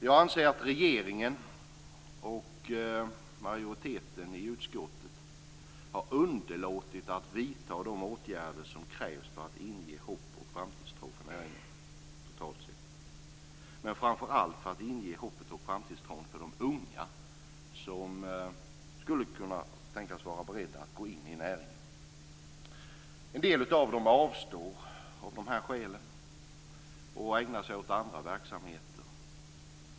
Jag anser att regeringen och majoriteten i utskottet har underlåtit att vidta de åtgärder som krävs för att inge hopp och framtidstro för näringen totalt sett, men framför allt för att inge hopp och framtidstro till de unga som skulle kunna vara beredda att gå in i näringen. En del av dessa avstår av de här skälen och ägnar sig åt andra verksamheter.